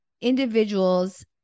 individuals